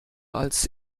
als